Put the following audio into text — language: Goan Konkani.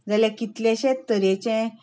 जाल्यार कितलेशेच तरेचे